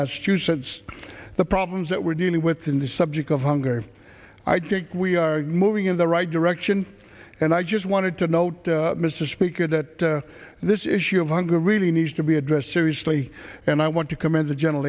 massachusetts the problems that we're dealing with in the subject of hunger i think we are moving in the right direction and i just wanted to note mr speaker that this issue of hunger really needs to be addressed seriously and i want to commend the gen